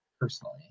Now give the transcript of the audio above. personally